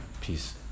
Peace